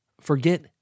Forget